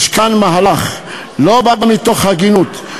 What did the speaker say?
יש כאן מהלך שלא בא מתוך הגינות,